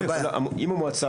המועצה,